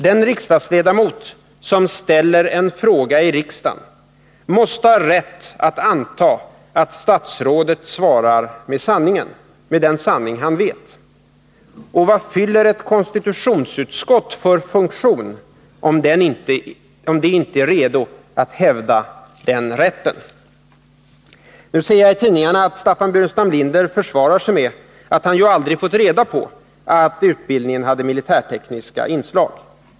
Den riksdagsledamot som ställer en fråga i riksdagen måste ha rätt att anta att statsrådet svarar med sanningen, med den sanning han vet. Vad fyller ett konstitutionsutskott för funktion, om det inte är redo att hävda denna rätt? Jag har i tidningarna sett att Staffan Burenstam Linder nu försvarar sig med att han aldrig fått reda på att utbildningen hade militärtekniska inslag.